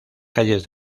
calles